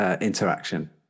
interaction